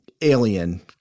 alien